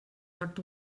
sagt